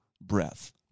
breath